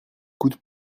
coûte